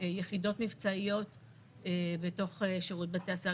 יחידות מבצעיות בתוך שירות בתי הסוהר.